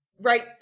Right